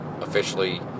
officially